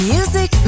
Music